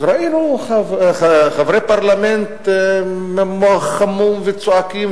ראינו חברי פרלמנט עם מוח חמום שצועקים